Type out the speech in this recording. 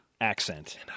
accent